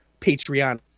Patreon